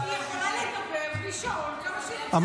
היא יכולה לדבר בלי שעון כמה שהיא רוצה.